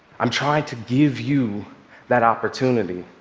i'm trying to give you that opportunity.